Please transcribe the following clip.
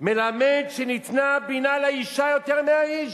מלמד שניתנה בינה לאשה יותר מהאיש.